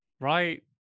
Right